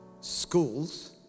schools